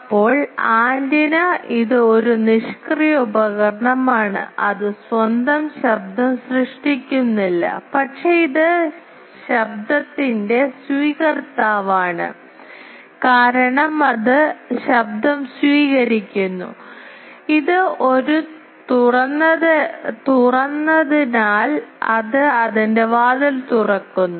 ഇപ്പോൾ ആന്റിന ഇത് ഒരു നിഷ്ക്രിയ ഉപകരണമാണ് അത് സ്വന്തം ശബ്ദം സൃഷ്ടിക്കുന്നില്ല പക്ഷേ ഇത് ശബ്ദത്തിന്റെ സ്വീകർത്താവാണ് കാരണം അത് ശബ്ദം സ്വീകരിക്കുന്നു കാരണം ഇത് ഒരു തുറന്നതിനാൽ അത് അതിന്റെ വാതിൽ തുറക്കുന്നു